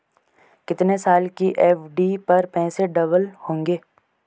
कितने साल की एफ.डी पर पैसे डबल होंगे?